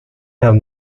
have